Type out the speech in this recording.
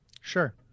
Sure